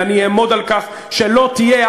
ואני אעמוד על כך שלא תהיה,